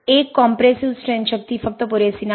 एक compressive strength शक्ती फक्त पुरेसे नाही